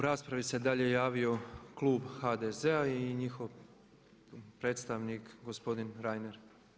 U raspravi se dalje javio klub HDZ-a i njihov predstavnik gospodin Reiner.